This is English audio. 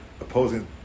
opposing